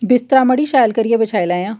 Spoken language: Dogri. बिस्तरा मड़ी शैल करियै बछाई लैएआं